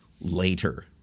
later